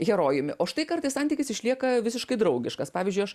herojumi o štai kartais santykis išlieka visiškai draugiškas pavyzdžiui aš